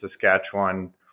Saskatchewan